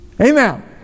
Amen